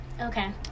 Okay